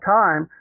time